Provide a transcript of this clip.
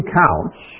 counts